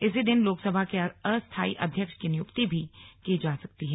इसी दिन लोकसभा के अस्थाई अध्यक्ष की नियुक्ति भी की जा सकती है